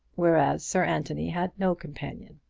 whereas sir anthony had no companion.